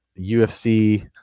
UFC